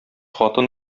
хатын